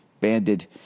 banded